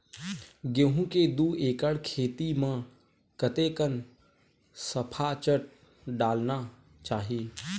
गेहूं के दू एकड़ खेती म कतेकन सफाचट डालना चाहि?